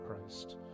Christ